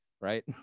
Right